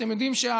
אתם יודעים,